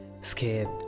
scared